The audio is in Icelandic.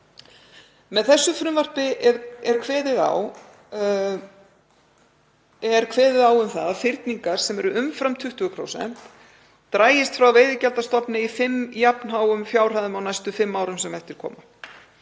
Með þessu frumvarpi er kveðið á um að fyrningar sem eru umfram 20% dragist frá veiðigjaldastofni í fimm jafn háum fjárhæðum á næstu fimm árum sem eftir koma,